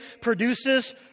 produces